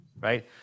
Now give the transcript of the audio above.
right